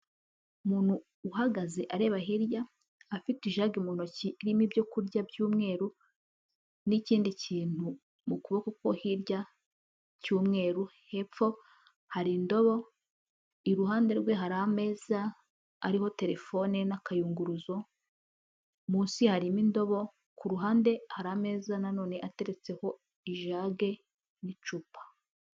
Umuntu uhagaze areba hirya afite ijagi mu ntoki irimo ibyo kurya by'umweru, n'ikindi kintu mu kuboko ko hirya cy'umweru, hepfo hari indobo, iruhande rwe hari ameza ariho telefone n'akayunguruzo, munsi harimo indobo ku ruhande hari ameza nanone ateretseho ijage n'icupa.